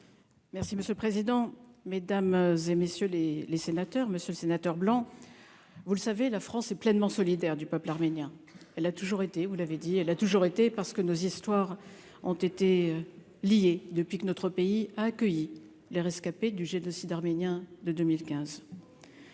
Merci monsieur le président, Mesdames et messieurs les les sénateurs, monsieur le sénateur blanc, vous le savez, la France est pleinement solidaire du peuple arménien, elle a toujours été, vous l'avez dit, elle a toujours été parce que nos histoires ont été liés depuis que notre pays a accueilli les rescapés du génocide arménien de 2015.